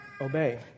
obey